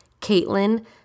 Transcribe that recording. Caitlin